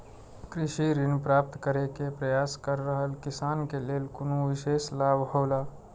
कृषि ऋण प्राप्त करे के प्रयास कर रहल किसान के लेल कुनु विशेष लाभ हौला?